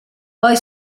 poi